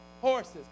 Horses